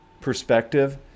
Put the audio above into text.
perspective